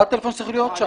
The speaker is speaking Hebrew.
מה הטלפון צריך להיות שם?